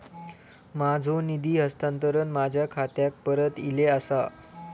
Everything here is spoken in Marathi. माझो निधी हस्तांतरण माझ्या खात्याक परत इले आसा